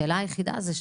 השאלה היחידה היא: